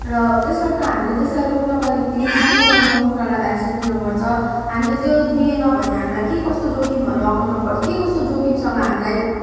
र त्यसर्थ हामीले त्यसलाई रोक्नका निम्ति समय समयमा कुखुरालाई भ्याक्सिन दिनु पर्छ हामीले त्यो दिएन भने हामीलाई के कस्तो जोखिमहरू अपनाउनु पर् के कस्तो जोखिमसँग हामीलाई